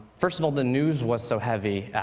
first of all, the news was so heavy.